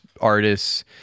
artists